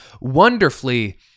wonderfully